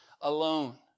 alone